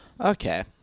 Okay